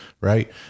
right